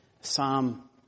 Psalm